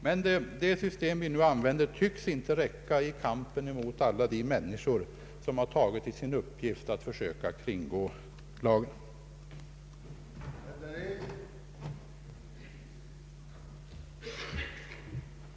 Men det system vi nu använder tycks inte räcka till i kampen mot alla de människor som ta git som sin uppgift att söka kringgå lagens parkeringsbestämmelser.